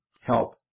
help